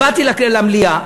באתי למליאה,